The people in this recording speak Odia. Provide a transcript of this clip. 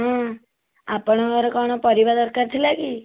ହଁ ଆପଣଙ୍କର କ'ଣ ପରିବା ଦରକାର ଥିଲା କି